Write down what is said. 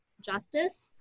justice